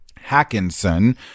Hackinson